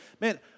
Man